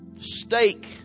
Steak